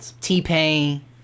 T-Pain